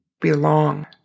belong